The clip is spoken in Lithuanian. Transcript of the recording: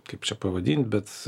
kaip čia pavadint bet